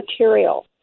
material